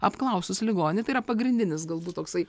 apklausus ligonį tai yra pagrindinis galbūt toksai